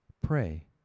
pray